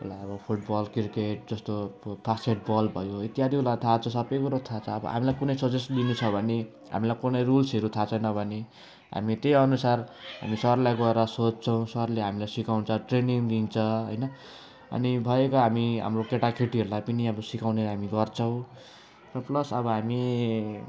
ल अब football cricket जस्तो बास्केटबल भयो इत्यादि उसलाई थाहा छ सबै कुरो थाहा छ अब हामीलाई कुनै सजेस्ट लिनु छ भने हामीलाई कुनै रुल्सहरू थाहा छैन भने हामी त्यही अनुसार हामी सरलाई गएर सोध्छौँ सरले हामीलाई सिकाउँछ ट्रेनिङ दिन्छ होइन अनि भएको हामी हाम्रो केटाकेटीहरूलाई पनि अब सिकाउने हामी गर्छौँ र प्लस अब हामी